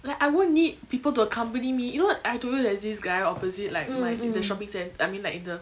like I won't need people to accompany me you know I told you there's this guy opposite like my in the shopping cen~ I mean like in the